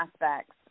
aspects